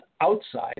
outside